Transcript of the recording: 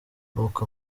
nuko